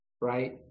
right